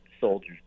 soldiers